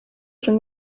gen